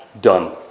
done